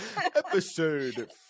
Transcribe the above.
Episode